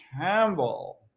Campbell